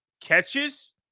catches